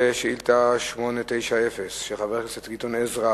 בוים שאל את שר התשתיות הלאומיות ביום י"ז באדר התש"ע (3 במרס 2010):